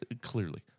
Clearly